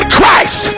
Christ